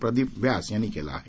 प्रदीप व्यास यांनी केलं आहे